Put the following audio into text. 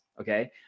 okay